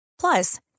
Plus